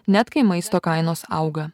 net kai maisto kainos auga